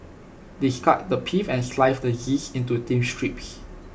discard the pith and slice the zest into thin strips